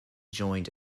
joined